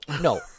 no